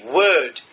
word